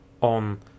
on